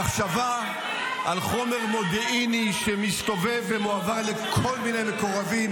המחשבה על חומר מודיעיני שמסתובב ומועבר לכל מיני מקורבים